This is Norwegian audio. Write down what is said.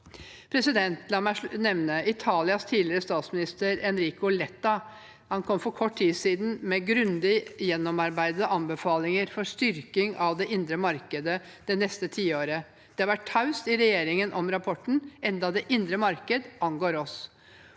EØS-avtalen. La meg nevne: Italias tidligere statsminister Enrico Letta kom for kort tid siden med grundig gjennomarbeidede anbefalinger for styrking av det indre marked det neste tiåret. Det har vært taust i regjeringen om rapporten enda det indre marked angår oss.